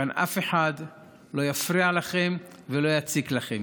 כאן אף לא יפריע לכם ולא יציק לכם.